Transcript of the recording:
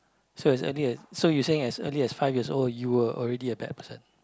so as early so you saying as early as five years old you were already a bad person